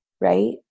right